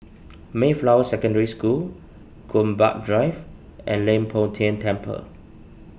Mayflower Secondary School Gombak Drive and Leng Poh Tian Temple